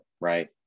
right